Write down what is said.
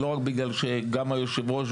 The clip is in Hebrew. לא רק בגלל שלבשנו מדים,